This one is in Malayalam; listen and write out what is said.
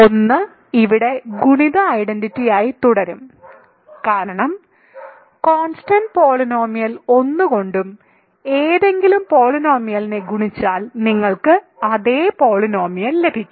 1 ഇവിടെ ഗുണിത ഐഡന്റിറ്റിയായി തുടരും കാരണം കോൺസ്റ്റന്റ് പോളിനോമിയൽ 1 കൊണ്ട് ഏതെങ്കിലും പോളിനോമിയലിനെ ഗുണിച്ചാൽ നിങ്ങൾക്ക് അതേ പോളിനോമിയൽ ലഭിക്കും